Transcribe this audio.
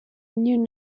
knew